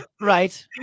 Right